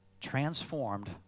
Transformed